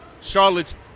Charlotte's